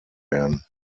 werden